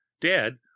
dead